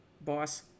boss